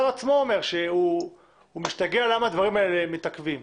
עצמו אומר שהוא משתגע למה הדברים האלה מתעכבים.